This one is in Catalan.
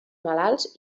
malalts